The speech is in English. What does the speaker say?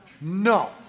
no